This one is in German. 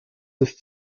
ist